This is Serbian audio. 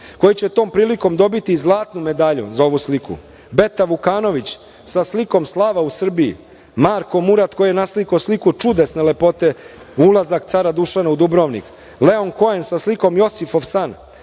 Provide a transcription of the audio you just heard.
koji će tom prilikom dobiti zlatnu medalju za ovu sliku, Beta Vukanović sa slikom „Slava u Srbiji“, Marko Murat koji je naslikao sliku čudesne lepote „Ulazak cara Dušana u Dubrovnik“, Leon Koen sa slikom „Josifov san“,